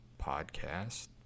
podcast